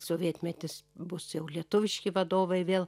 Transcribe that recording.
sovietmetis bus lietuviški vadovai vėl